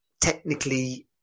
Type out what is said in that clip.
technically